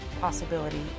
possibility